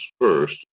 first